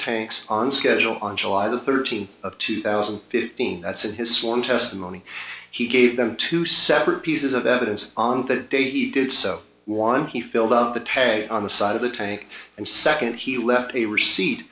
tanks on schedule on july the thirteenth of two thousand and fifteen that's in his sworn testimony he gave them two separate pieces of evidence on that day he did so want he filled out the pay on the side of the tank and second he left a receipt